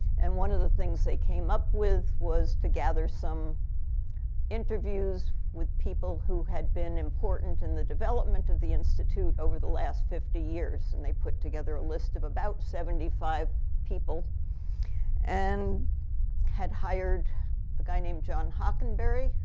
and one of the things they came up with was to gather some interviews with people who had been important in the development of the institute, over the last fifty years. and they put together a list of about seventy five people and had hired a guy named john hockenberry,